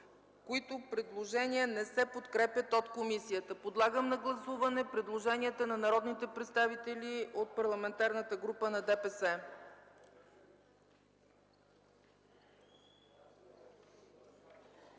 което не се подкрепя от комисията. Подлагам на гласуване предложенията на народните представители от Парламентарната група на ДПС.